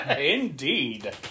Indeed